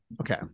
okay